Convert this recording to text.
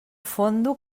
fondo